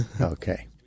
Okay